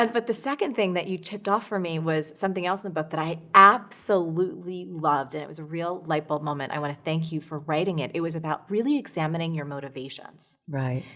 ah but the second thing that you tipped off for me was something else in the book that i absolutely loved and it was a real lightbulb moment. i want to thank you for writing it. it was about really examining your motivations. right.